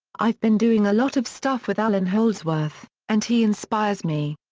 i've been doing a lot of stuff with allan holdsworth, and he inspires me.